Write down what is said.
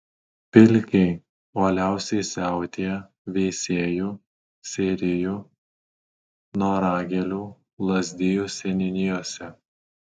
pilkiai uoliausiai siautėja veisiejų seirijų noragėlių lazdijų seniūnijose